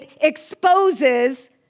exposes